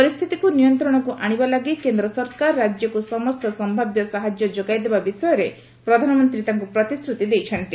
ପରିସ୍ଥିତିକୁ ନିୟନ୍ତ୍ରଣକୁ ଆଶିବା ଲାଗି କେନ୍ଦ୍ର ସରକାର ରାଜ୍ୟକୁ ସମସ୍ତ ସମ୍ଭାବ୍ୟ ସାହାଯ୍ୟ ଯୋଗାଇଦେବା ବିଷୟରେ ପ୍ରଧାନମନ୍ତ୍ରୀ ତାଙ୍କୁ ପ୍ରତିଶ୍ରତି ଦେଇଛନ୍ତି